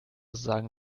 sagen